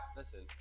listen